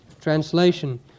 Translation